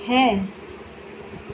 হ্যাঁ